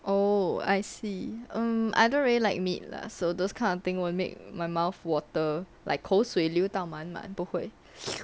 oh I see um I don't really like meat lah so those kind of thing won't make my mouth water like 口水流到满满不会